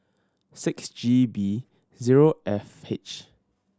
six G B zero F H